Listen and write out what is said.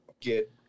get